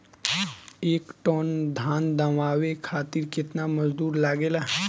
एक टन धान दवावे खातीर केतना मजदुर लागेला?